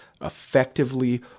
effectively